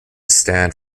stand